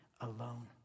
alone